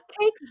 take